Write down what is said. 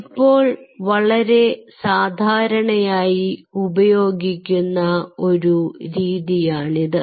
ഇപ്പോൾ വളരെ സാധാരണയായി ഉപയോഗിക്കുന്ന ഒരു രീതിയാണിത്